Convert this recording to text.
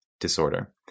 disorder